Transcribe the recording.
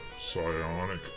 psionic